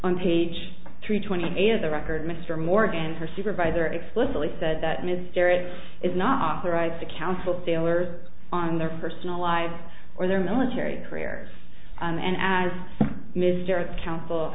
on page three twenty eight of the record mr morgan her supervisor explicitly said that mr it is not authorized to counsel sailors on their personal lives or their military careers and as mr counsel